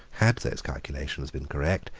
had those calculations been correct,